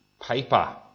paper